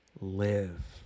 live